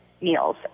meals